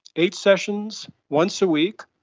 eight sessions once a week,